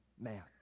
man